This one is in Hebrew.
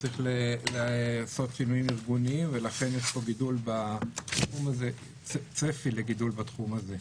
צריך לעשות שינויים ארגוניים ולכן יש פה צפי לגידול בתחום הזה.